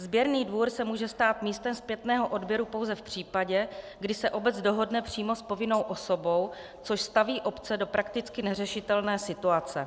Sběrný dvůr se může stát místem zpětného odběru pouze v případě, kdy se obec dohodne přímo s povinnou osobou, což staví obce do prakticky neřešitelné situace.